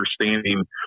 understanding